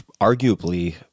arguably